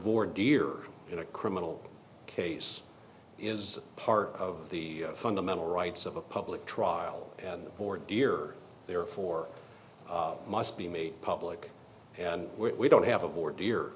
war dear in a criminal case is part of the fundamental rights of a public trial and poor dear therefore must be made public and we don't have a for